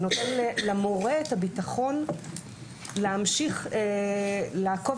זה נותן למורה את הביטחון להמשיך לעקוב